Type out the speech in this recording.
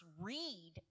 read